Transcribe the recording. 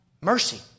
mercy